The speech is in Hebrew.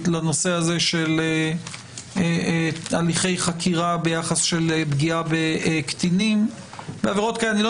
לנושא של הליכי חקירה ביחס לפגיעה בקטינים אני לא